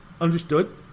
Understood